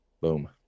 Boom